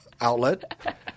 outlet